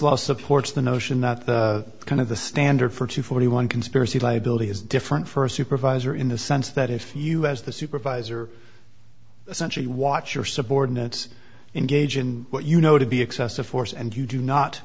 law supports the notion that the kind of the standard for two forty one conspiracy liability is different first supervisor in the sense that if you as the supervisor essentially watch your subordinates engage in what you know to be excessive force and you do